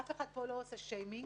אף אחד לא עושה פה שיימינג.